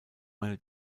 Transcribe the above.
meine